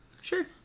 Sure